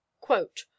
Quote